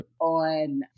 on